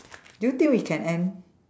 do you think we can end